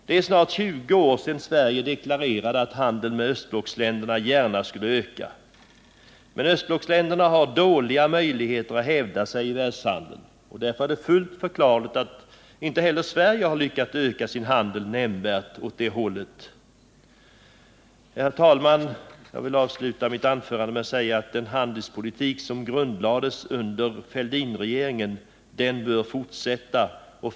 Det är snart 20 år sedan Sverige deklarerade att handeln med östblocksländerna bör öka. Östblocksländerna har emellertid dåliga möjligheter att hävda sig i världshandeln. Därför är det förklarligt att inte heller Sverige har lyckats öka sin handel nämnvärt åt det hållet. Herr talman! Jag vill sluta mitt anförande med att säga att den handelspolitik som grundlades under Fälldinregeringen bör fortsätta.